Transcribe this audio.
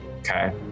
Okay